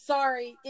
Sorry